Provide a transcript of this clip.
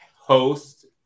host